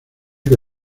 que